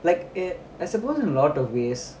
like it I suppose in a lot of ways